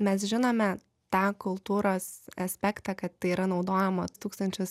mes žinome tą kultūros aspektą kad tai yra naudojama tūkstančius